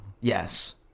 Yes